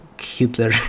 Hitler